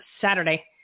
Saturday